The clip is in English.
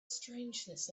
strangeness